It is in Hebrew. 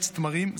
עץ תמרים,